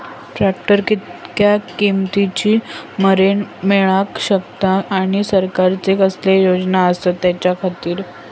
Tractor कितक्या किमती मरेन मेळाक शकता आनी सरकारचे कसले योजना आसत त्याच्याखाती?